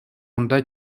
унта